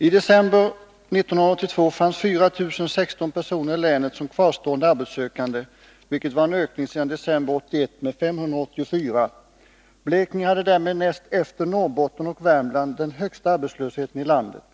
I december 1982 fanns 4 016 personer i länet som kvarstående arbetssökande, vilket var en ökning sedan december 1981 med 584. Blekinge hade därmed näst efter Norrbotten och Värmland den högsta arbetslösheten i landet.